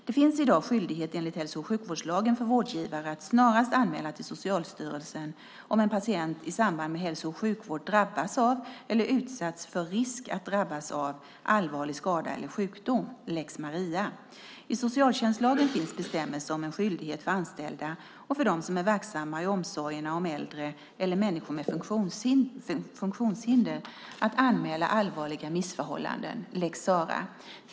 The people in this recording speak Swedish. Det finns i dag skyldighet enligt hälso och sjukvårdslagen för vårdgivare att snarast anmäla till Socialstyrelsen om en patient i samband med hälso och sjukvård drabbats av eller utsatts för risk att drabbas av allvarlig skada eller sjukdom, lex Maria. I socialtjänstlagen finns bestämmelser om en skyldighet för anställda och för dem som är verksamma i omsorgerna om äldre eller människor med funktionshinder att anmäla allvarliga missförhållanden, lex Sarah.